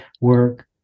work